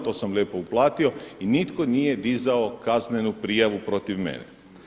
To sam lijepo uplatio i nitko nije dizao kaznenu prijavu protiv mene.